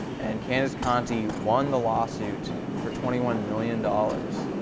and candace conti won the lawsuit for twenty one million dollars.